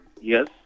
Yes